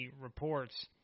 reports